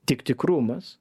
tik tikrumas